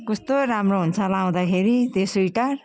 कस्तो राम्रो हुन्छ लगाउँदाखेरि त्यो स्वेटर